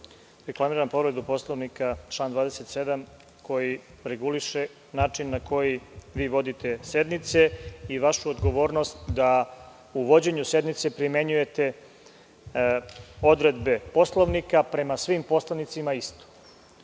reklamiram povredu Poslovnika, član 27. koji reguliše način na koji vi vodite sednice i vašu odgovornost da u vođenju sednice primenjujete odredbe Poslovnika prema svim poslanicima isto.U